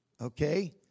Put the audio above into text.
Okay